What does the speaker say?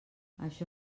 això